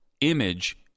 image